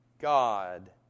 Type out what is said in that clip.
God